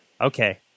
Okay